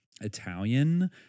Italian